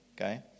okay